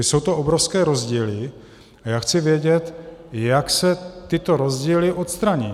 Jsou to obrovské rozdíly a já chci vědět, jak se tyto rozdíly odstraní.